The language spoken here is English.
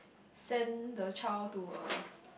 send the child to a